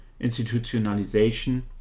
institutionalization